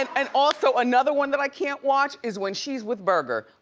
and and also, another one that i can't watch is when she's with berger.